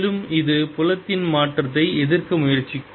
மேலும் இது புலத்தின் மாற்றத்தை எதிர்க்க முயற்சிக்கும்